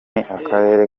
akarere